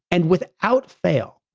and without fail,